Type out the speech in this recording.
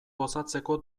gozatzeko